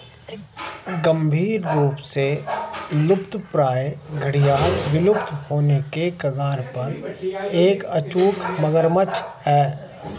गंभीर रूप से लुप्तप्राय घड़ियाल विलुप्त होने के कगार पर एक अचूक मगरमच्छ है